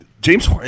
James